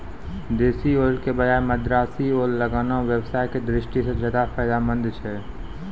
देशी ओल के बजाय मद्रासी ओल लगाना व्यवसाय के दृष्टि सॅ ज्चादा फायदेमंद छै